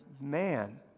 man